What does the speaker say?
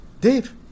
dave